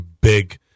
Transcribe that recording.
big